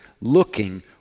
looking